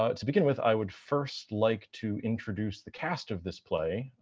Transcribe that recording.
ah to begin with i would first like to introduce the cast of this play, ah,